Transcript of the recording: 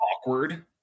awkward